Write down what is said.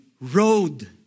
road